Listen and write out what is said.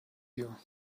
you